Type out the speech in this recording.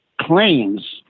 claims